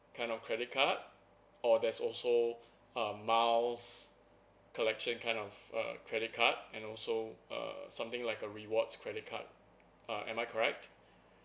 kind of credit card or there's also uh miles collection kind of uh credit card and also uh something like a rewards credit card uh am I correct